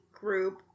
group